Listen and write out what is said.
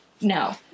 No